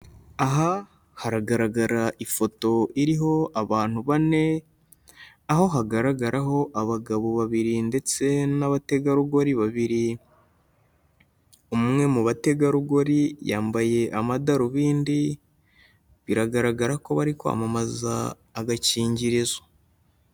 Aha haragaragara ifoto iriho abantu bane, aho hagaragaraho abagabo babiri ndetse n'abategarugori babiri, umwe mu bategarugori yambaye amadarubindi, biragaragara ko bari kwamamaza agakingirizo.